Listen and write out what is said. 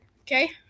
Okay